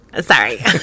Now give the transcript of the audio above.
Sorry